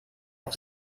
auf